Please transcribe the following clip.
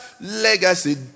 legacy